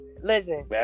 listen